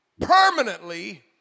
permanently